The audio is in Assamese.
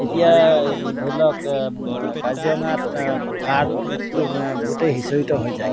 তেতিয়া ধৰি লওক কাজিৰঙাত ফ্লাডটো গোটেই সিঁচৰিত হৈ যায়